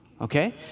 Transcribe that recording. okay